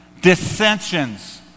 dissensions